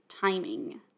timing